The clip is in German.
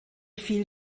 viel